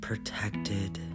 Protected